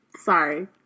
Sorry